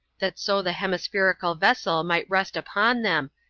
that so the hemispherical vessel might rest upon them,